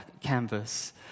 canvas